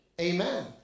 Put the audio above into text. Amen